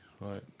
right